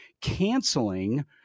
canceling